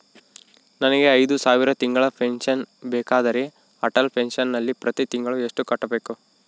ನನಗೆ ಐದು ಸಾವಿರ ತಿಂಗಳ ಪೆನ್ಶನ್ ಬೇಕಾದರೆ ಅಟಲ್ ಪೆನ್ಶನ್ ನಲ್ಲಿ ಪ್ರತಿ ತಿಂಗಳು ಎಷ್ಟು ಕಟ್ಟಬೇಕು?